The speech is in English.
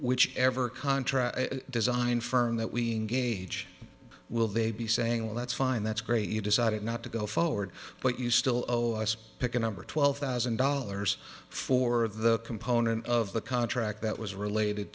which ever contre design firm that we gauge will they be saying well that's fine that's great you decided not to go forward but you still owe us pick a number twelve thousand dollars for the component of the contract that was related